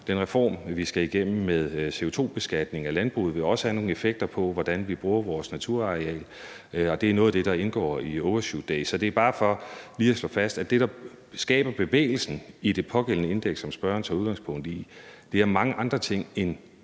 den reform, vi skal igennem med CO2-beskatningen af landbruget, vil også have nogle effekter på, hvordan vi bruger vores naturareal, og det er noget af det, der indgår i overshootday. Så det er bare for lige at slå fast, at det, der skaber bevægelsen i det pågældende indeks, som spørgeren tager udgangspunkt i, er mange andre ting end